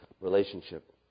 Relationship